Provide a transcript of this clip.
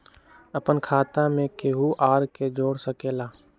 अपन खाता मे केहु आर के जोड़ सके ला?